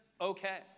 okay